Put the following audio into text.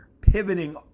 Pivoting